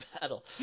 battle